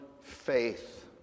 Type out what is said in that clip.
faith